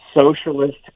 Socialist